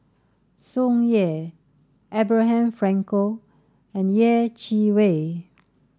Tsung Yeh Abraham Frankel and Yeh Chi Wei